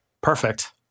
Perfect